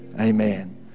Amen